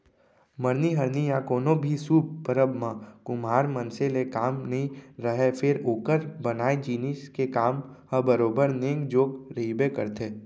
मरनी हरनी या कोनो भी सुभ परब म कुम्हार मनसे ले काम नइ रहय फेर ओकर बनाए जिनिस के काम ह बरोबर नेंग जोग रहिबे करथे